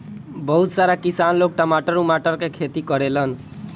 बहुत सारा किसान लोग टमाटर उमाटर के खेती करेलन